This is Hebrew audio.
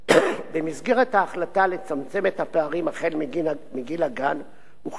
במסגרת ההחלטה לצמצם את הפערים החל בגיל הגן הוחלט